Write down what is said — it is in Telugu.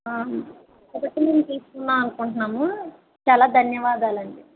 కాబట్టి తీసుకుందాము అనుకుంటున్నాము చాలా ధన్యవాదాలు అండి